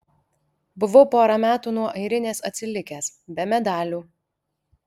buvau porą metų nuo airinės atsilikęs be medalių